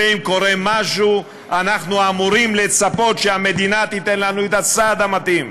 ואם קורה משהו אנחנו אמורים לצפות שהמדינה תיתן לנו את הסעד המתאים.